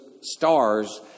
stars